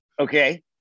Okay